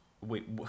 wait